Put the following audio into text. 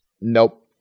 Nope